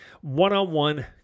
one-on-one